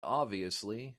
obviously